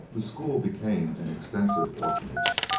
the school became an extensive orphanage.